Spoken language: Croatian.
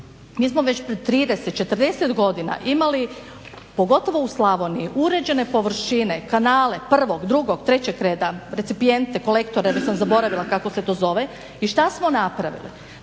Mi smo već prije 30, 40 godina imali pogotovo u Slavoniji uređene površine, kanale, prvog, drugog, trećeg reda, recipijente, kolektore već sam zaboravila kako se to zove, i što smo napravili